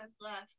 left